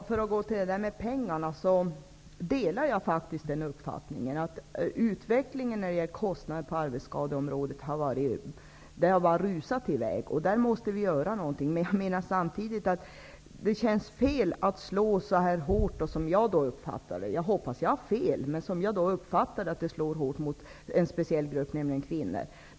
Herr talman! Jag delar uppfattningen att utvecklingen när det gäller kostnaderna för arbetsskadorna har rusat iväg. Där måste något göras. Det känns fel att förslaget slår så hårt. Jag hoppas att jag har fel, men jag uppfattar att det slår hårt mot en speciell grupp, nämligen kvinnor.